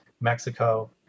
Mexico